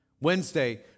Wednesday